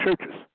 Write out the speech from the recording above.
churches